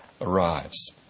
arrives